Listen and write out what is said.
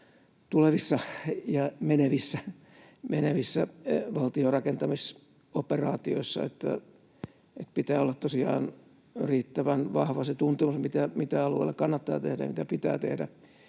tulevissa ja menevissä valtion rakentamisoperaatioissa, eli pitää olla tosiaan riittävän vahva se tuntemus, mitä alueella kannattaa tehdä ja mitä pitää tehdä.